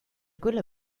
quella